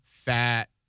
Fat